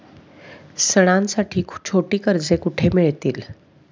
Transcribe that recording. सणांसाठी छोटी कर्जे कुठे मिळतील?